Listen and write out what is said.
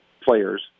players